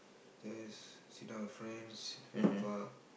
yes sit down with friends lapper